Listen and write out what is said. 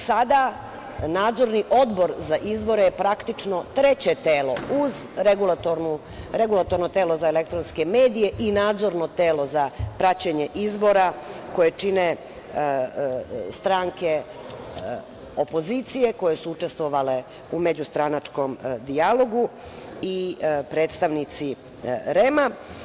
Sada, Nadzorni odbor za izbor je, praktično treće telo uz Regulatorno telo za elektronske medije i Nadzorno telo za praćenje izbora koje čine stranke opozicije koje su učestvovale u međustranačkom dijalogu i predstavnici REM-a.